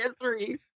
three